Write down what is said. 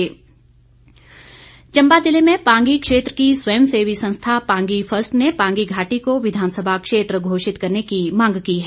ज्ञापन चंबा जिले में पांगी क्षेत्र की स्वयं सेवी संस्था पांगी फर्स्ट ने पांगी घाटी को विधानसभा क्षेत्र घोषित करने की मांग की है